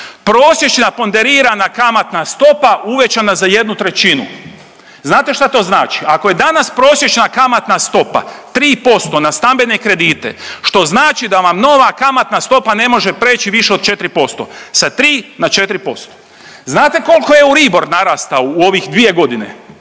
„Prosječna ponderirana kamatna stopa uvećana za jednu trećinu“, znate šta to znači, ako je danas prosječna kamatna stopa 3% na stambene kredite što znači da vam nova kamatna stopa ne može preći više od 4% sa 3 na 4%. Znate koliko je Euribor narastao u ovih dvije godine?